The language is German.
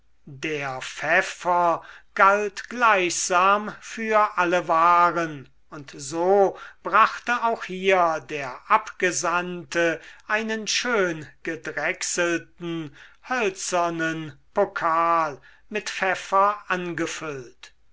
der pfeffer galt gleichsam für alle waren und so brachte auch hier der abgesandte einen schön gedrechselten hölzernen pokal mit pfeffer angefüllt